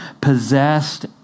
possessed